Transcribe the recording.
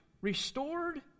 restored